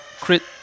crit